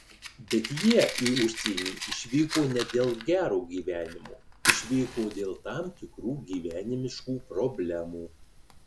bet jie į užsienį išvyko ne dėl gero gyvenimo išvyko dėl tam tikrų gyvenimiškų problemų